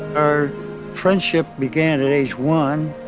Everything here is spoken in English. our friendship began at age one,